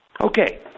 Okay